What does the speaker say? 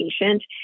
patient